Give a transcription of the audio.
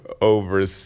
over